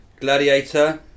Gladiator